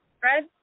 Fred